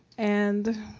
and,